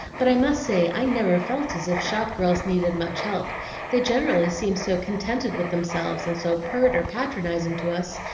but i must say i never felt as if shop-girls needed much help they generally seem so contented with themselves, and so pert or patronizing to us,